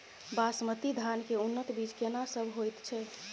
बासमती धान के उन्नत बीज केना सब होयत छै?